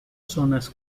zonas